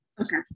Okay